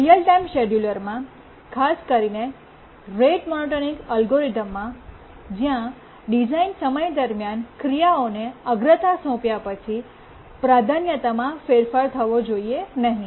real time શેડ્યૂલરમાં ખાસ કરીને રેટ મોનોટોનિક એલ્ગોરિધમમાં જ્યાં ડિઝાઇન સમય દરમિયાન ક્રિયાઓને અગ્રતા સોંપ્યા પછી પ્રાધાન્યતામાં ફેરફાર થવો જોઈએ નહીં